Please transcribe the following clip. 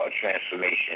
transformation